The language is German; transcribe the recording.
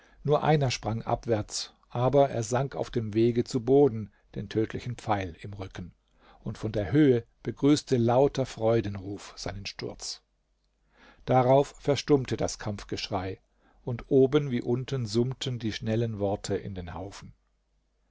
nur einer sprang abwärts aber er sank auf dem wege zu boden den tödlichen pfeil im rücken und von der höhe begrüßte lauter freudenruf seinen sturz darauf verstummte das kampfgeschrei und oben wie unten summten die schnellen worte in den haufen